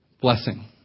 blessing